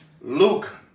Luke